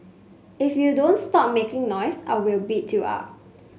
if you don't stop making noise I will beat you up